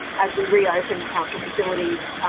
as we reopen council facilities,